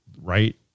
right